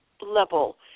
level